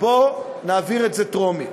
בוא נעביר את זה בטרומית.